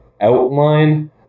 outline